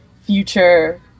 future